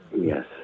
Yes